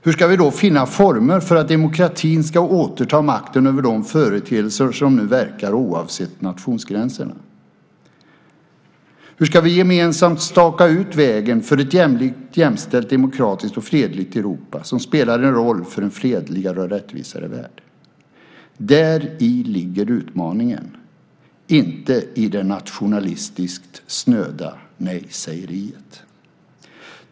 Hur ska vi då finna former för att demokratin ska återta makten över de företeelser som nu verkar oavsett nationsgränser? Hur ska vi gemensamt staka ut vägen för ett jämlikt, jämställt, demokratiskt och fredligt Europa som spelar en roll för en fredligare och rättvisare värld? Däri ligger utmaningen, inte i det nationalistiskt snöda nej-sägeriet.